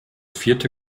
vierte